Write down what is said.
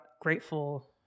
grateful